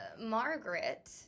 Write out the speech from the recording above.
Margaret